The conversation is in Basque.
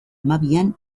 hamabian